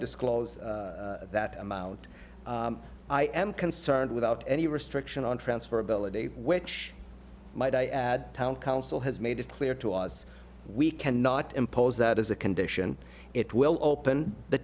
disclose that amount i am concerned without any restriction on transfer ability which might i add town council has made it clear to us we cannot impose that as a condition it will open the